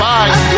Bye